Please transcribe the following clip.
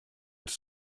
its